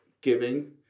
giving